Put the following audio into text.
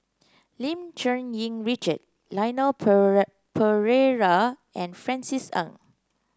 Lim Cherng Yih Richard Leon Perera and Francis Ng